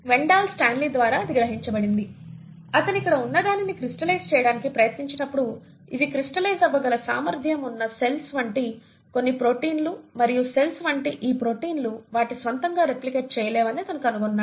Wendell Stanley ద్వారా ఇది గ్రహించబడింది అతను ఇక్కడ ఉన్నదానిని క్రిస్టలైజ్ చేయడానికి ప్రయత్నించినప్పుడు ఇవి క్రిస్టలైజ్ అవ్వగల సామర్థ్యం ఉన్న సెల్స్ వంటి కొన్ని ప్రోటీన్లు మరియు సెల్స్ వంటి ఈ ప్రోటీన్లు వాటి స్వంతంగా రెప్లికేట్ చేయలేవని అతను కనుగొన్నాడు